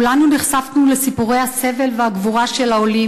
כולנו נחשפנו לסיפורי הסבל והגבורה של העולים,